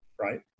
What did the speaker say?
right